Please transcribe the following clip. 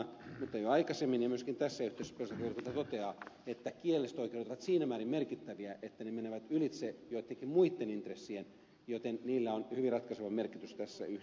mutta jo aikaisemmin perustuslakivaliokunta on todennut ja myöskin tässä yhteydessä toteaa että kielelliset oikeudet ovat siinä määrin merkittäviä että ne menevät ylitse joittenkin muitten intressien joten niillä on hyvin ratkaiseva merkitys tässä yhteydessä